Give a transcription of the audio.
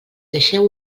deixeu